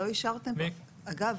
אגב,